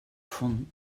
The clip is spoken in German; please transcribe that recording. von